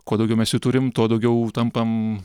kuo daugiau mes jų turim tuo daugiau tampam